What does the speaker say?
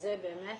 זה באמת